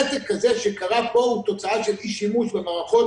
נתק כזה שקרה פה הוא תוצאה של אי שימוש במערכות